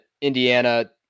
Indiana